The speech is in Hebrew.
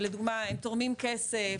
לדוגמה הם תורמים כסף,